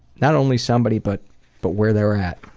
not only somebody, but but where they're at.